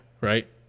right